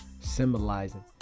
symbolizing